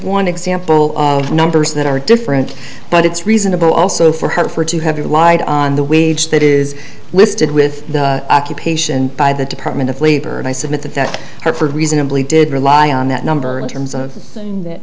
one example of numbers that are different but it's reasonable also for her for to have relied on the wage that is listed with the occupation by the department of labor and i submit that that effort reasonably did rely on that number in terms of so that